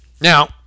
Now